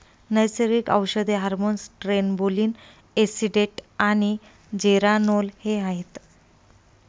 नैसर्गिक औषधे hormones trenbolone acetate आणि जेरानोल हे आहेत